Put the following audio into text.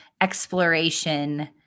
exploration